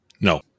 No